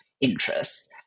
interests